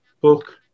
book